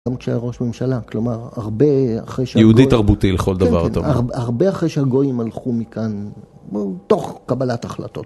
גם כשהיה ראש ממשלה, כלומר, יהודי תרבותי לכל דבר... הרבה אחרי שהגויים הלכו מכאן תוך קבלת החלטות.